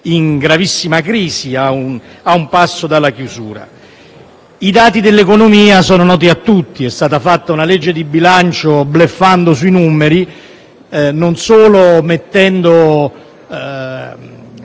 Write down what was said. in gravissima crisi, a un passo dalla chiusura. I dati dell'economia sono noti a tutti. È stata fatta una legge di bilancio bluffando sui numeri, non solo